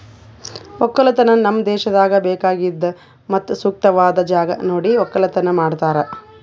ಒಕ್ಕಲತನ ನಮ್ ದೇಶದಾಗ್ ಬೇಕಾಗಿದ್ ಮತ್ತ ಸೂಕ್ತವಾದ್ ಜಾಗ ನೋಡಿ ಒಕ್ಕಲತನ ಮಾಡ್ತಾರ್